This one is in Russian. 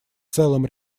целым